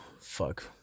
fuck